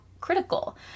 critical